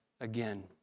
again